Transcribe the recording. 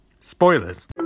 Spoilers